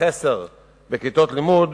החסר בכיתות לימוד,